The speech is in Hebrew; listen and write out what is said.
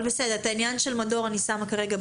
את העניין של מדור אני שמה כרגע בצד.